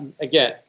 again